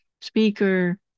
speaker